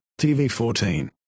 TV-14